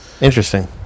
interesting